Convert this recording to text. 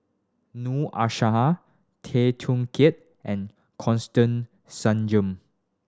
Noor Aishah Tay Teow Kiat and Constance Singam